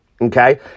okay